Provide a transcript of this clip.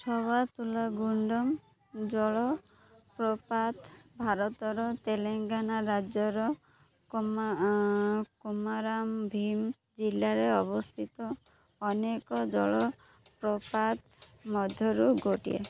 ସବାତୁଲା ଗୁଣ୍ଡମ ଜଳପ୍ରପାତ ଭାରତର ତେଲେଙ୍ଗାନା ରାଜ୍ୟର କୋମାରାମ ଭୀମ୍ ଜିଲ୍ଲାରେ ଅବସ୍ଥିତ ଅନେକ ଜଳପ୍ରପାତ ମଧ୍ୟରୁ ଗୋଟିଏ